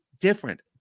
different